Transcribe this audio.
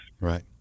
Right